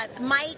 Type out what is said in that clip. Mike